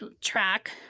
track